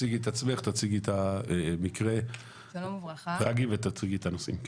תציגי את עצמך, תציגי את המקרה ואת הנושאים.